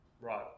Right